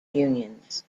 unions